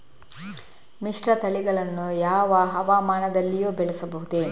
ಮಿಶ್ರತಳಿಗಳನ್ನು ಯಾವ ಹವಾಮಾನದಲ್ಲಿಯೂ ಬೆಳೆಸಬಹುದೇ?